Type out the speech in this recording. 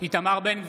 איתמר בן גביר,